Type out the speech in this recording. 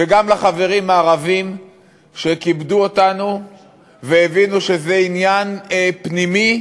גם לחברים הערבים שכיבדו אותנו והבינו שזה עניין פנימי,